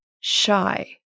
shy